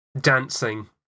Dancing